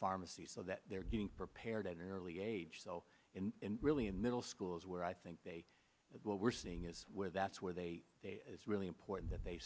pharmacy so that they're getting prepared at an early age so in really in middle schools where i think they that what we're seeing is where that's where they is really important that they